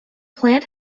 plant